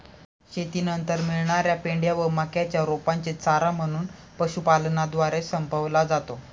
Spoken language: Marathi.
शेतीनंतर मिळणार्या पेंढ्या व मक्याच्या रोपांचे चारा म्हणून पशुपालनद्वारे संपवला जातो